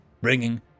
bringing